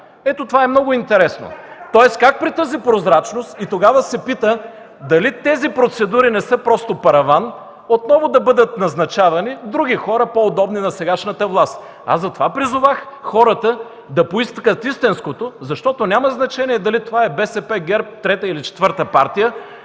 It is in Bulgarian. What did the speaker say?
Ето това е много интересно. (Реплики от ГЕРБ. Оживление.) Тогава се пита, дали тези процедури не са просто параван отново да бъдат назначавани други хора, по-удобни на сегашната власт? Затова призовах хората да поискат истинското, защото няма значение дали това е БСП, ГЕРБ, трета или четвърта партия,